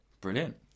Brilliant